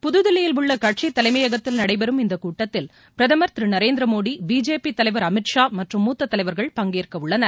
புதுதில்லியில் உள்ள கட்சி தலைமையகத்தில் நடைபெறும் இந்த கூட்டத்தில் பிரதமர் நரேந்திரமோடி பிஜேபி தலைவர் அமித் ஷா மற்றும் மூத்த தலைவர்கள் பங்கேற்கவுள்ளனர்